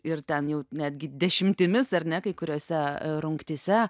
ir ten jau netgi dešimtimis ar ne kai kuriose e rungtyse